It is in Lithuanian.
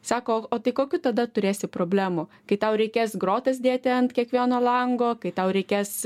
sako o tai kokių tada turėsi problemų kai tau reikės grotas dėti ant kiekvieno lango kai tau reikės